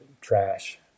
trash